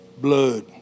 Blood